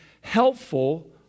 helpful